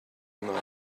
night